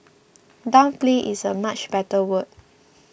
downplay is a much better word